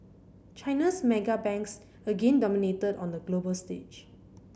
China's mega banks again dominated on the global stage